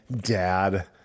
Dad